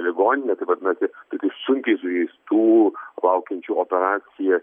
ligoninę taip vadinasi tokių sunkiai sužeistų laukiančių operacija